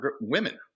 women